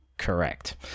correct